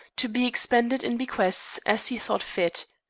to be expended in bequests as he thought fit.